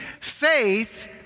Faith